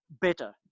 better